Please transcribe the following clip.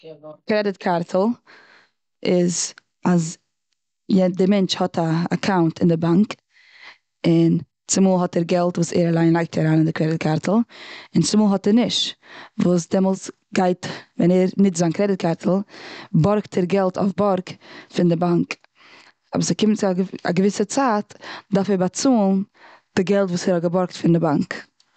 קרעדיט קארטל איז אז די מענטש האט א אקאונט און די באנק. און צומאל האט ער געלט וואס ער אליין לייגט אריין און די קרעדיט קארטל, און צומאל האט ער נישט. וואס דעמאלץ גייט, ווען ער נוצט זיין קרעדיט קארטל בארגט ער געלט אויף בארג פון די באנק. אבער ס'קומט צו א געוויסע צייט, דארף ער באצאלן די געלט וואס ער האט געבארגט.